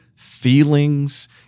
Feelings